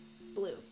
blue